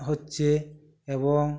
হচ্চে এবং